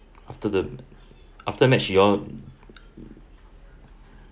after the after match you all